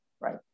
right